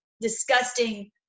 disgusting